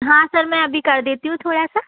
हाँ सर मैं अभी कर देती हूँ थोड़ा सा